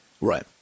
right